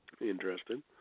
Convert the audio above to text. Interesting